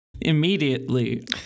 Immediately